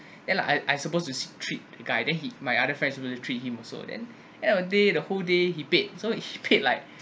and I I supposed to treat the guy then he my other guy my other friend treat him so then at the day the whole day he paid so he paid like